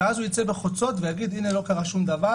ואז הוא יצא בחוצות ויגיד: הנה לא קרה שום דבר,